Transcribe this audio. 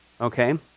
okay